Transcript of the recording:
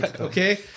Okay